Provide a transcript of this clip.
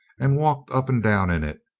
and walked up and down in it,